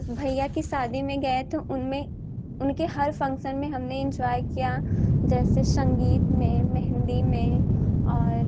भैया की शादी में गए तो उनमें उनके हर फंक्शन में हमने इंजॉय किया जैसे संगीत में मेहंदी में और